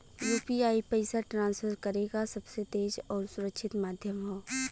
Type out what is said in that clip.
UPI पइसा transfer करे क सबसे तेज आउर सुरक्षित माध्यम हौ